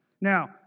Now